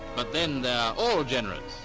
but then they're all generous.